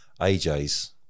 AJ's